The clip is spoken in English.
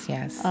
Yes